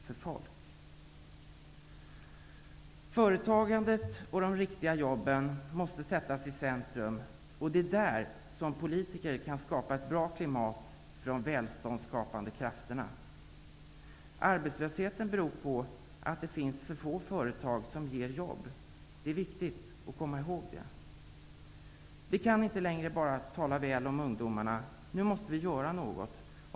Företagandet och de riktiga jobben måste sättas i centrum. Politiker kan skapa ett bra klimat för de välståndsskapande krafterna. Arbetslöshet beror på att det finns för få företag som ger jobb. Detta är viktigt att komma ihåg. Vi kan inte längre bara tala väl om ungdomarna. Nu måste vi göra något.